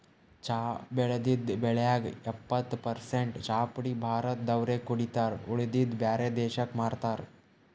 ಚಾ ಬೆಳದಿದ್ದ್ ಬೆಳ್ಯಾಗ್ ಎಪ್ಪತ್ತ್ ಪರಸೆಂಟ್ ಚಾಪುಡಿ ಭಾರತ್ ದವ್ರೆ ಕುಡಿತಾರ್ ಉಳದಿದ್ದ್ ಬ್ಯಾರೆ ದೇಶಕ್ಕ್ ಮಾರ್ತಾರ್